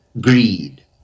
greed